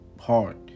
hard